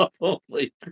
Holy